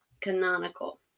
Canonical